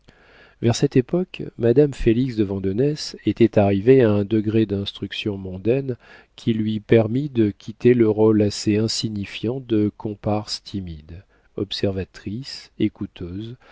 vers cette époque madame félix de vandenesse était arrivée à un degré d'instruction mondaine qui lui permit de quitter le rôle assez insignifiant de comparse timide observatrice